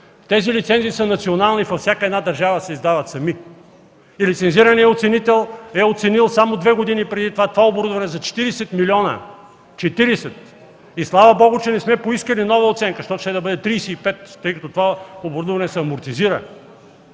Тези лицензии са национални. Във всяка една държава се издават сами. Лицензираният оценител е оценил само две години преди това, че това оборудване е за 40 милиона. Четиридесет! И слава Богу, че не сме поискали нова оценка, защото щеше да бъде 35, тъй като това оборудване се амортизира.